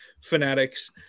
Fanatics